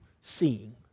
seeing